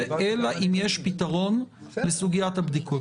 אלא אם יש פתרון לסוגיית הבדיקות.